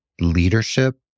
leadership